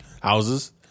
houses